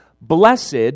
Blessed